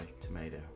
tomato